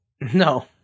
No